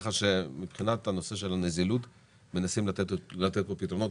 ככה שמבחינת הנושא של נזילות מנסים לתת פתרונות.